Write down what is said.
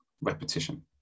repetition